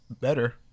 Better